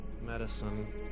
medicine